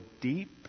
deep